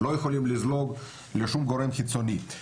לא יכולים לזלוג לשום גורם חיצוני.